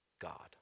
God